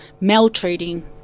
maltreating